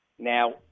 Now